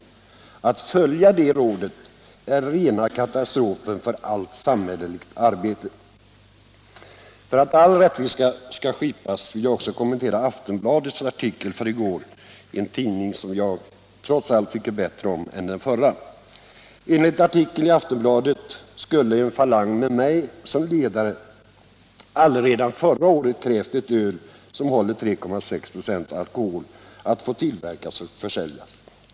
Att följa det rådet är rena katastrofen för allt samhälleligt arbete. För att all rättvisa skall skipas vill jag också kommentera Aftonbladets artikel i går — en tidning som jag trots allt tycker bättre om än den förra. Enligt artikeln i Aftonbladet skulle en falang med mig som ledare redan förra året ha krävt att ett öl som håller 3,6 96 alkohol skulle få tillverkas och försäljas.